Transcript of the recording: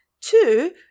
Two